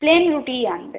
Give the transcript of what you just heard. plane রুটিই আনবে